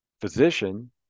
physician